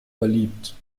verliebt